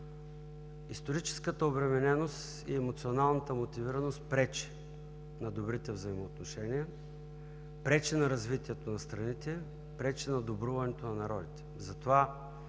историческата обремененост и емоционалната мотивираност пречи на добрите взаимоотношения, пречи на развитието на страните, пречи на добруването на народите.